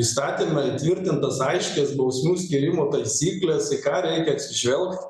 įstatyme įtvirtintas aiškias bausmių skyrimo taisykles į ką reikia atsižvelgt